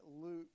Luke